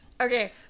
Okay